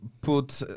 put